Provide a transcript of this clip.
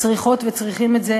צריכות וצריכים את זה,